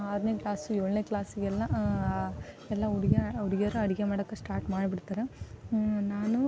ಆರನೇ ಕ್ಲಾಸು ಏಳನೇ ಕ್ಲಾಸಿಗೆಲ್ಲ ಎಲ್ಲ ಹುಡುಗಿ ಹುಡುಗಿಯರು ಅಡುಗೆ ಮಾಡೋಕೆ ಸ್ಟಾರ್ಟ್ ಮಾಡಿ ಬಿಡ್ತಾರೆ ನಾನು